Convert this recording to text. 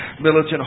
militant